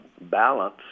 balance